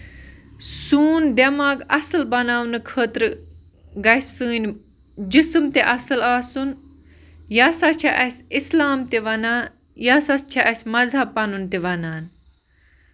سون دٮ۪ماغ اَصٕل بَناونہٕ خٲطرٕ گژھِ سٲنۍ جِسم تہِ اَصٕل آسُن یہِ سا چھُ اَسہِ اِسلام تہِ وَنان یہِ سا چھُ اَسہِ مَذہب پَنُن تہِ وَنان